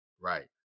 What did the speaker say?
Right